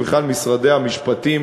אלה בכלל משרדי המשפטים